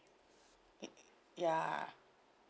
ya